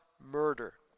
murder